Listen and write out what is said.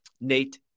Nate